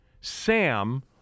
Sam